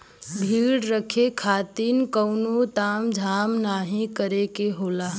भेड़ रखे खातिर कउनो ताम झाम नाहीं करे के होला